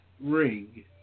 ring